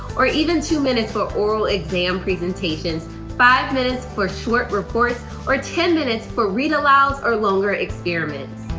or even two minutes for oral exam presentations, five minutes for short reports, or ten minutes for read-alouds or longer experiments.